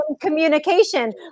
communication